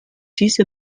diese